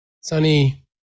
sunny